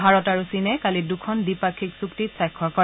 ভাৰত আৰু চীনে কালি দুখন দ্বিপাক্ষিক চুক্তিত স্বাক্ষৰ কৰে